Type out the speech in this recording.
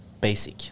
basic